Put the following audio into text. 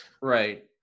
Right